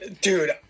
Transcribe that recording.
Dude –